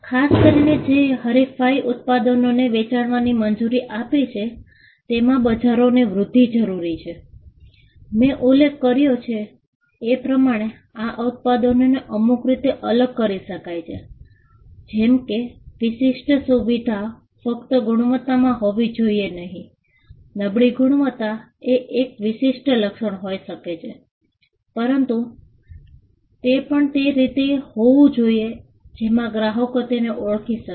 ખાસ કરીને જે હરીફાઈ ઉત્પાદનોને વેચવાની મંજૂરી આપી છે તેમાં બજારોની વૃદ્ધિ જરૂરી છે મેં ઉલ્લેખ કર્યો છે એે પ્રમાણે આ ઉત્પાદનોને અમુક રીતે અલગ કરી શકાય છે જેમ કે વિશિષ્ટ સુવિધા ફક્ત ગુણવત્તામાં હોવી જોઈએ નહીં નબળી ગુણવત્તા એ એક વિશિષ્ટ લક્ષણ હોઈ શકે છે પરંતુ તે પણ તે રીતે હોવું જોઈએ જેમાં ગ્રાહકો તેને ઓળખી શકે